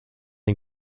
and